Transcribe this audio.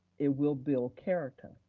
it will build character.